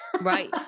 Right